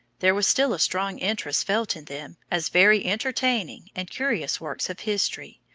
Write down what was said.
there was still a strong interest felt in them as very entertaining and curious works of history,